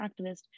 activist